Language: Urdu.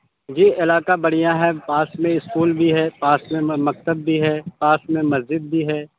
جی علاقہ بڑھیا ہے پاس میں اسکول بھی ہے پاس میں مکتب بھی ہے پاس میں مسجد بھی ہے